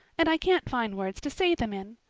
and i can't find words to say them in.